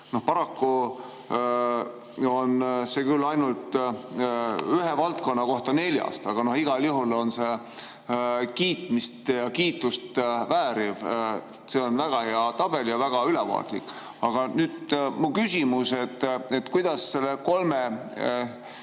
Paraku on see küll ainult ühe valdkonna kohta neljast, aga igal juhul on see kiitmist ja kiitust väärt. See on väga hea tabel ja väga ülevaatlik. Aga nüüd mu küsimus. Kuidas kolme